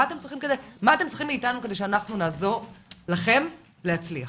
מה אתם צריכים מאיתנו כדי שאנחנו נעזור לכם להצליח?